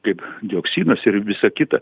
kaip dioksinas ir visa kita